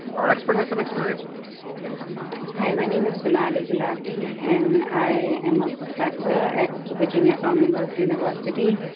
our expert has some experience with us hi, my name is denali gelati and i am a professor at virginia commonwealth university,